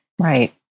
Right